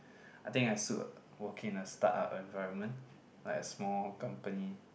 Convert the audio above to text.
I think I suit working in a start up environment like a small company